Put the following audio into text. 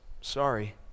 sorry